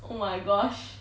oh my gosh